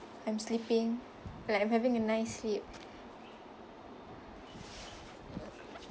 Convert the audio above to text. I'm sleeping like having a nice sleep